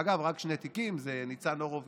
אגב, רק שני תיקים, זה ניצן הורוביץ